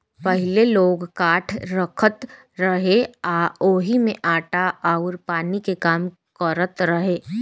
पहिले लोग काठ रखत रहे आ ओही में आटा अउर पानी के काम करत रहे